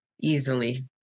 easily